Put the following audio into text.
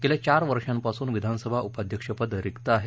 गेल्या चार वर्षापासून विधानसभा उपाध्यक्ष पद रिक्त आहे